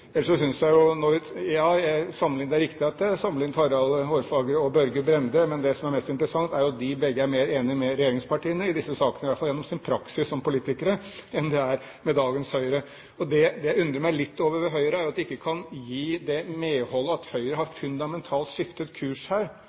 som er mest interessant, er jo at de begge er mer enig med regjeringspartiene i disse sakene – i hvert fall gjennom sin praksis som politikere – enn de er med dagens Høyre. Det jeg undrer meg litt over ved Høyre, er at de ikke kan medgi at de har skiftet kurs fundamentalt her.